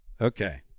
okay